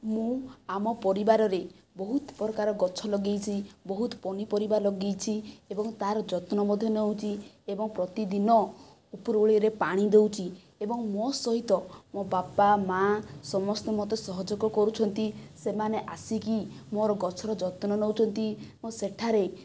ମୁଁ ଆମ ପରିବାରରେ ବହୁତ ପ୍ରକାର ଗଛ ଲଗେଇଛି ବହୁତ ପନିପରିବା ଲଗେଇଛି ଏବଂ ତା'ର ଯତ୍ନ ମଧ୍ୟ ନେଉଛି ଏବଂ ପ୍ରତିଦିନ ଉପରବେଳିରେ ପାଣି ଦେଉଛି ଏବଂ ମୋ ସହିତ ମୋ ବାପା ମାଆ ସମସ୍ତେ ମୋତେ ସହଯୋଗ କରୁଛନ୍ତି ସେମାନେ ଆସିକି ମୋର ଗଛର ଯତ୍ନ ନେଉଛନ୍ତି ଓ ସେଠାରେ